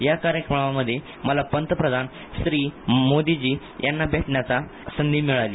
या कार्यक्रमामधे पंतप्रधान श्री मोदीजी यांना भेटण्याची संधी मिळाली